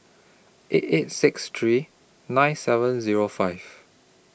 eight eight six three nine seven Zero five